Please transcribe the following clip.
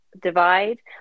divide